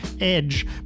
edge